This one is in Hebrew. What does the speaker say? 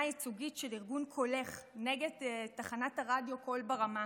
הייצוגית של ארגון קולך נגד תחנת הרדיו קול ברמה.